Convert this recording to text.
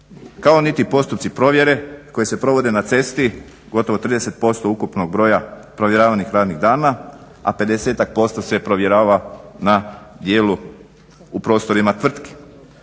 kao niti postupci provjere koji se provode na cesti, gotovo 30% ukupnog broja provjeravanih radnih dana, a 50%-ak se provjerava na dijelu u prostorima tvrtki.